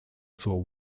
zur